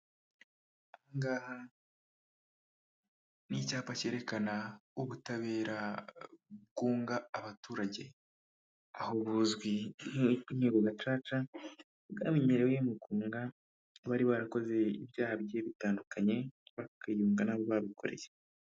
Aha ngaha n'icyapa cyerekana ubutabera bwunga abaturage, aho buzwi nk'inkiko gacaca bwamenyerewe mu kunga abari barakoze ibyaha bigiye bitandukanye, bakiyunga nabo babikoreye.